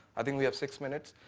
i think we have six minutes.